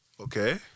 Okay